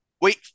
Wait